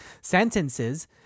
sentences